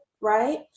Right